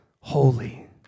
holy